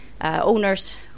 owners